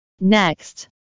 Next